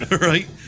right